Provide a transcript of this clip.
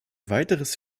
weiteres